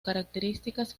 características